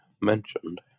mentioned